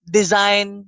design